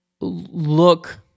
look